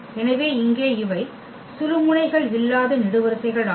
எனவே இங்கே இவை சுழுமுனைகள் இல்லாத நெடுவரிசைகள் ஆகும்